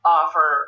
offer